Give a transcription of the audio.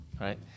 right